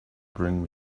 bring